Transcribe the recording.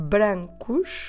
Brancos